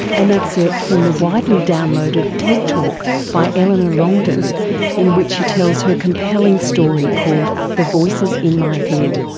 an excerpt from the widely downloaded ted talk by eleanor longden in which she tells her compelling story called the voices in my head.